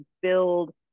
build